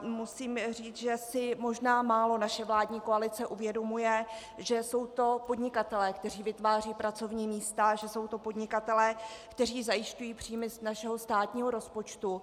Musím říct, že si možná málo naše vládní koalice uvědomuje, že jsou to podnikatelé, kteří vytvářejí pracovní místa, a že jsou to podnikatelé, kteří zajišťují příjmy z našeho státního rozpočtu.